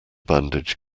bandage